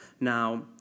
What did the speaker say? Now